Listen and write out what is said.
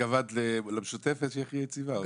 התכוונת למשותפת, שהיא הכי יציבה?